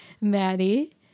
Maddie